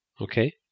okay